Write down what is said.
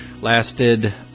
lasted